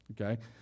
okay